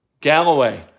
Galloway